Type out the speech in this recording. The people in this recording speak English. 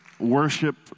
Worship